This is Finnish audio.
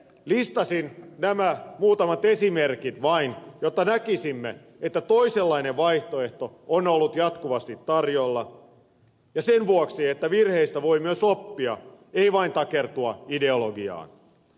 listasin nämä muutamat esimerkit vain sen vuoksi että näkisimme että toisenlainen vaihtoehto on ollut jatkuvasti tarjolla ja että virheistä voi myös oppia ei vain takertua ideologiaan